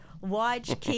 watch